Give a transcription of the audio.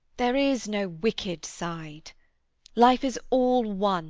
there is no wicked side life is all one